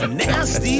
nasty